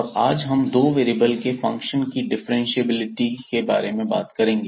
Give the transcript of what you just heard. और आज हम दो वेरिएबल के फंक्शन की डिफ्रेंशिएबिलिटी के बारे में बात करेंगे